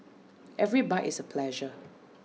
every bite is A pleasure